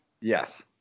Yes